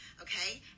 okay